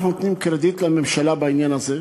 אנחנו נותנים קרדיט לממשלה בעניין הזה,